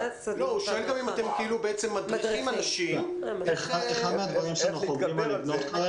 הוא שואל אם אתם גם מדריכים אנשים איך להתגבר על זה.